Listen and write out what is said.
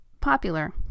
popular